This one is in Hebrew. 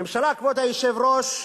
ממשלה, כבוד היושב-ראש,